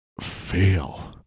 fail